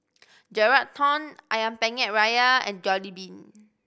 Geraldton Ayam Penyet Ria and Jollibean